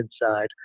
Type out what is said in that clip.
inside